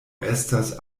estas